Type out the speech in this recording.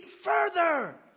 further